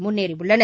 முன்னேறியுள்ளனர்